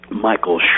Michael